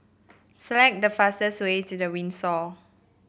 select the fastest way to The Windsor